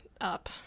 up